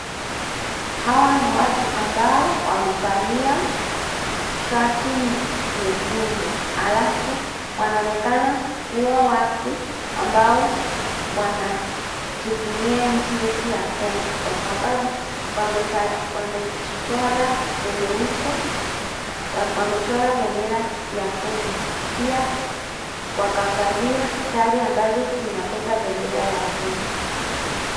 Hawa ni watu ambao wamevalia shati nyekundu. Alafu wanaonekana kua watu ambao wanajivunia nchi yetu ya Kenya kwa sababu wamejichora kwenye uso. Wamechora bendera ya Kenya. Pia wakavalia sare ambazo zinabeba bendera ya Kenya.